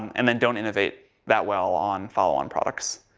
and then don't innovate that well on follow on products.